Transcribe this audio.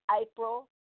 April